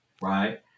right